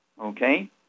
Okay